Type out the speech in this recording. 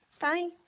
Bye